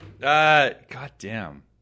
Goddamn